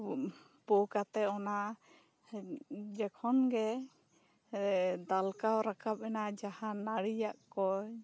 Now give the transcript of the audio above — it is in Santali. ᱯᱳ ᱠᱟᱛᱮᱜ ᱚᱱᱟ ᱡᱚᱠᱷᱚᱱ ᱜᱮ ᱫᱟᱞᱠᱟᱣ ᱨᱟᱠᱟᱵ ᱮᱱᱟ ᱡᱟᱦᱟᱸ ᱱᱟᱹᱲᱤᱭᱟᱜ ᱠᱚ